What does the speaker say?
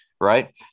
right